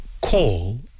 call